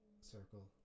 circle